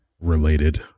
related